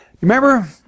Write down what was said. Remember